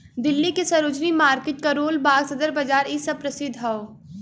दिल्ली के सरोजिनी मार्किट करोल बाग सदर बाजार इ सब परसिध हौ